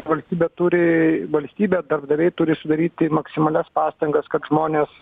valstybė turi valstybė darbdaviai turi sudaryti maksimalias pastangas kad žmonės